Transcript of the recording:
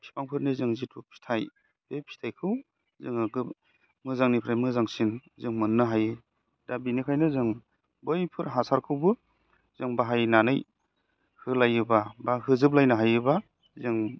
बिफांफोरनि जों जिथु फिथाइ बे फिथाइखौ जोङो मोजांनिफ्राय मोजांसिन जों मोननो हायो दा बेनिखायनो जों बैफोर हासारखौबो जों बाहायनानै होलायोबा बा होजोबलायनो हायोबा जों